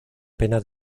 pena